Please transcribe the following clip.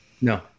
No